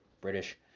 British